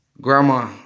Grandma